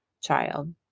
child